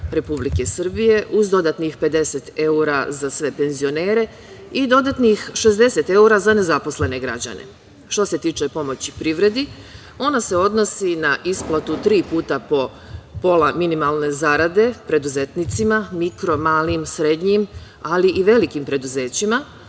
Republike Srbije uz dodatnih 50 evra za sve penzionere i dodatnih 60 evra za nezaposlene građane. Što se tiče pomoći privredi, ona se odnosi na isplatu tri puta po pola minimalne zarade preduzetnicima, mikro-malim, srednjim, ali i velikim preduzećima,